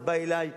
אז בא אלי,